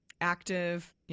active